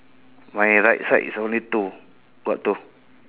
my right side is only two got two